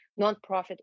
nonprofit